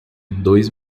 dois